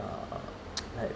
uh like